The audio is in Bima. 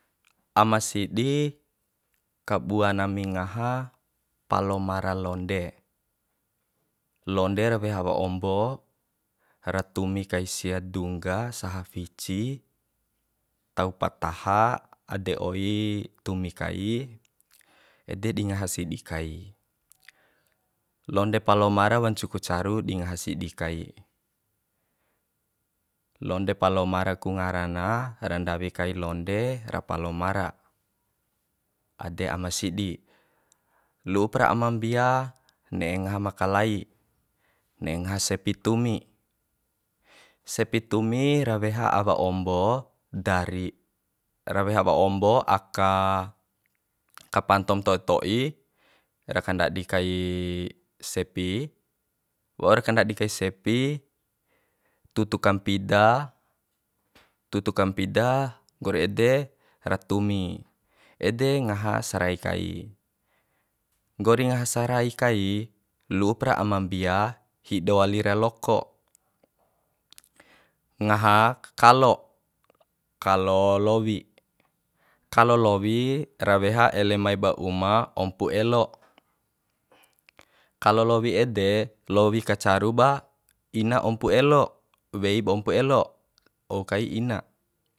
Ama sidi kabua nami ngaha palomara londe londe ra weha wa ombo ra tumi kai sia dungga saha fici tau pataha ade oi tumi kai ede di ngaha sidi kai londe palomara wancu ku caru di ngaha sidi kai londe palomara ku ngara na ra ndawi kai londe ra palomara ade ama sidi lu'u pra aima mbia ne'e ngaha ma kalai ne'e ngaha sepi tumi sepi tumi ra weha awa ombo dari ra weha awa ombo aka kapantom toi to'i ra kandadi kai sepi waur kandadi kai sepi tutu kampida tutu kampida nggori ede ra tumi ede ngaha sarai kai nggori ngaha sarai kai luupra aima mbia hido wali ra loko ngaha kalo kalo lowi kalo lowi ra weha ele mai ba uma ompu elo kalo lowi ede lowi ka caru ba ina ompu elo weib ompu elo ou kai ina